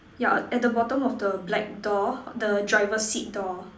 ya at the bottom of the black door the driver seat door